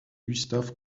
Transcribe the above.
gustav